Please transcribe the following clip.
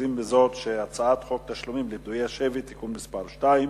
מכריזים בזאת שהצעת חוק תשלומים לפדויי שבי (תיקון מס' 2),